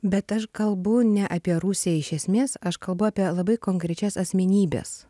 bet aš kalbu ne apie rusiją iš esmės aš kalbu apie labai konkrečias asmenybes